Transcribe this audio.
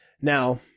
Now